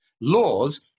laws